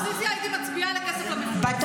אם הייתי באופוזיציה הייתי מצביעה לכסף למפונים,